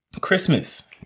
Christmas